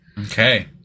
Okay